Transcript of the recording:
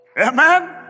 Amen